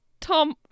Tom